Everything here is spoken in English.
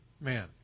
man